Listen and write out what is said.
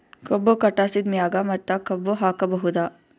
ಕಬ್ಬು ಕಟಾಸಿದ್ ಮ್ಯಾಗ ಮತ್ತ ಕಬ್ಬು ಹಾಕಬಹುದಾ?